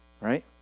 right